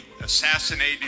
assassinated